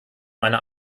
einer